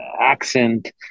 accent